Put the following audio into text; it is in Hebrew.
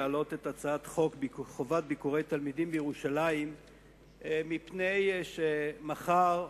חובת ביקורי תלמידים בירושלים מפני שמחר,